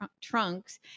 trunks